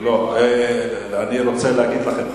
אני רוצה להגיד לכם,